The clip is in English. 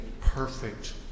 perfect